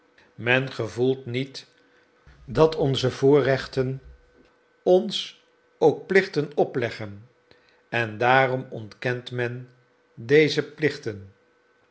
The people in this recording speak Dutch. men gevoelt niet dat onze voorrechten ons ook plichten opleggen en daarom ontkent men deze plichten